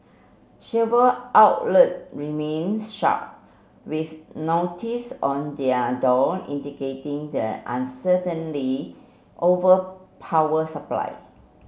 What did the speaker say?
several outlet remained shut with notice on their door indicating the uncertainly over power supply